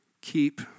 Keep